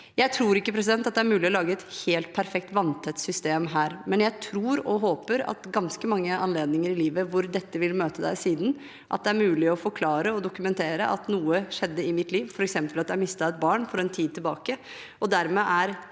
Jeg tror ikke det er mulig å lage et helt perfekt, vanntett system her. Men jeg tror og håper at det ved ganske mange anledninger i livet hvor dette vil møte deg siden, er mulig å forklare og dokumentere at noe skjedde i mitt liv, f.eks. at jeg har mistet et barn for en tid tilbake, at jeg har det